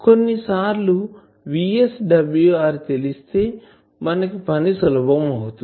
కొన్ని సార్లు VSWR తెలిస్తే మనకు పని సులభం అవుతుంది